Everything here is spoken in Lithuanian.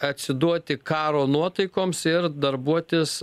atsiduoti karo nuotaikoms ir darbuotis